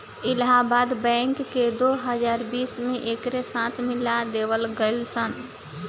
Allahabad bank के दो हजार बीस में एकरे साथे मिला देवल गईलस